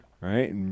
right